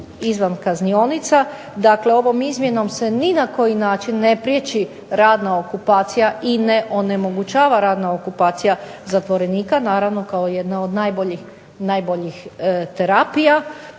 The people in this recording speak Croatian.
izvan kaznionica. Dakle, ovom izmjenom se ni na koji način ne priječi radna okupacija i ne onemogućava radna okupacija zatvorenika. Naravno, kao jedna od najboljih terapija